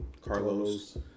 Carlos